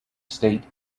state